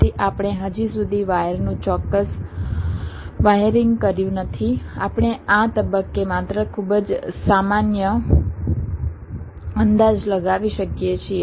તેથી આપણે હજી સુધી વાયરનું ચોક્કસ વાયરિંગ કર્યું નથી આપણે આ તબક્કે માત્ર ખૂબ જ સામાન્ય અંદાજ લગાવી શકીએ છીએ